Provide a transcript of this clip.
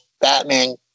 Batman